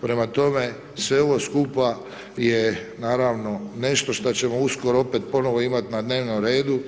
Prema tome, sve ovo skupa je naravno nešto šta ćemo uskoro opet ponovno imati na dnevnom redu